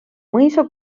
mõisa